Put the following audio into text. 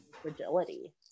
fragility